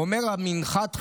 אומר "מנחת חינוך",